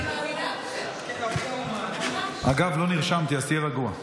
היושב-ראש, אגב, לא נרשמתי, אז תהיה רגוע.